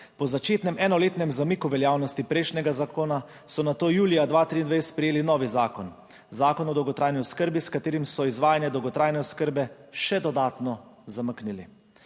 Po začetnem enoletnem zamiku veljavnosti prejšnjega zakona so nato julija 2023 sprejeli novi zakon, Zakon o dolgotrajni oskrbi, s katerim so izvajanje dolgotrajne oskrbe še dodatno zamaknili.